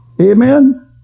Amen